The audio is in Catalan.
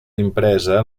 impresa